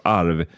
arv